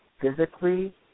physically